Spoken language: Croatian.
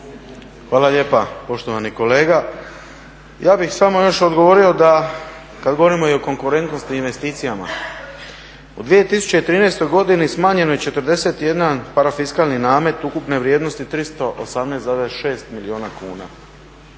Hvala lijepa. Poštovani kolega, ja bih samo još odgovorio da kada govorimo o konkurentnosti i investicijama u 2013.godini smanjeno je 41 parafiskalni namet ukupne vrijednosti 318,6 milijuna kuna.